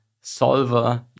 solver